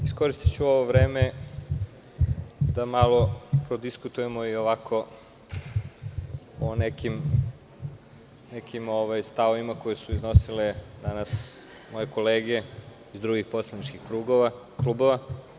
Iskoristiću ovo vreme da malo prodiskutujemo i o nekim stavovima koje su iznosile danas moje kolege iz drugih poslaničkih klubova.